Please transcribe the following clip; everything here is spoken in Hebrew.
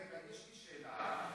רגע, יש לי שאלה.